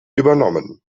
übernommen